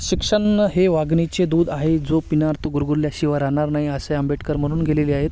शिक्षण हे वाघिणीचे दूध आहे जो पिणार तो गुरगुरल्याशिवाय राहणार नाही असे आंबेडकर म्हणून गेलेले आहेत